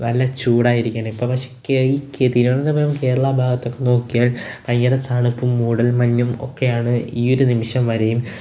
നല്ല ചൂടായിരിക്കുകയാണ് ഇപ്പോള് പക്ഷേ ഈ തിരുവനന്തപുരം കേരള ഭാഗത്തൊക്കെ നോക്കിയാൽ ഭയങ്കര തണുപ്പും മൂടൽമഞ്ഞും ഒക്കെയാണ് ഈ ഒരു നിമിഷം വരെയും